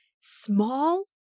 small